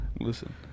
Listen